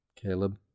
Caleb